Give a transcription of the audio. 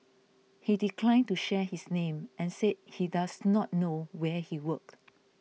he declined to share his name and said he does not know where he worked